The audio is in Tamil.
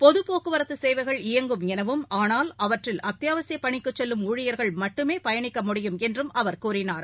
பொது போக்குவரத்து சேவைகள் இயங்கும் எனவும் ஆனால் அவற்றில் அத்தியாவசிய பணிக்குச் செல்லும் ஊழியர்கள் மட்டுமே பயணிக்க முடியும் என்றும் அவர் கூறினார்